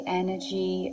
energy